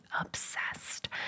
obsessed